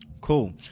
cool